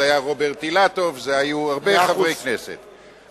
זה היה רוברט אילטוב, היו הרבה חברי כנסת.